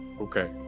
okay